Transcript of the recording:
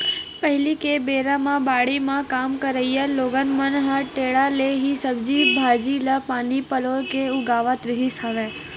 पहिली के बेरा म बाड़ी म काम करइया लोगन मन ह टेंड़ा ले ही सब्जी भांजी ल पानी पलोय के उगावत रिहिस हवय